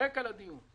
כרקע לדיון.